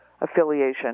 affiliation